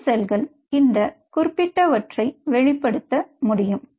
இந்த செல்கள் இந்த குறிப்பிட்டவற்றை வெளிப்படுத்த முடியும்